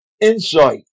Insight